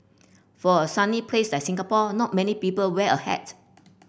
for a sunny place like Singapore not many people wear a hat